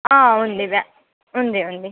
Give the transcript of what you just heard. ఆ అవును ఉంది ఉంది